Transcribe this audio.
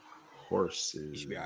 Horses